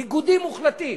ניגודים מוחלטים.